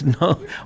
no